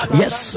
yes